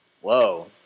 Whoa